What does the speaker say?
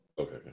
Okay